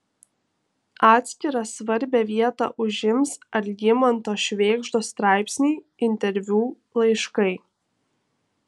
atskirą svarbią vietą užims algimanto švėgždos straipsniai interviu laiškai